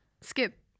Skip